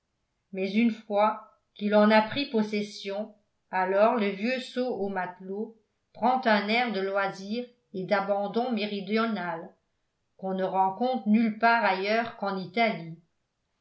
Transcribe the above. mais une fois qu'il en a pris possession alors le vieux saut au matelot prend un air de loisir et d'abandon méridional qu'on ne rencontre nulle part ailleurs qu'en italie